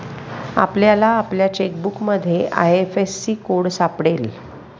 आपल्याला आपल्या चेकबुकमध्ये आय.एफ.एस.सी कोड सापडेल